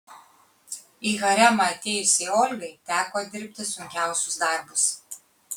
į haremą atėjusiai olgai teko dirbti sunkiausius darbus